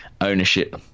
ownership